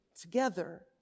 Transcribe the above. together